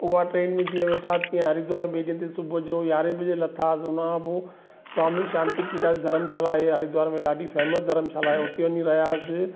उहा ट्रेन में जीअं वेठा तीअं हरिद्वार ॿिए ॾींहं ते सुबुह जो यारहें बजे लथासीं हुनखां पोइ स्वामी शांति प्रकाश धर्मशाला आहे हरिद्वार में ॾाढी फैमस धर्मशाला आहे हुते वञी रहियासीं